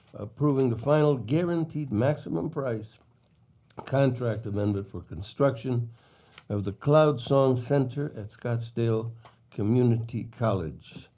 approving the final guaranteed maximum price contract amendment for construction of the cloud song center at scottsdale community college.